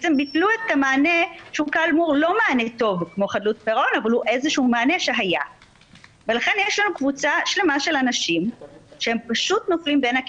ייתכנו לא מעט מצבים שלמרות שהם נמצאים תחת כינוס